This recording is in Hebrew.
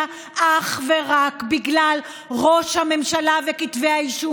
אני זוכר שלפני שבעה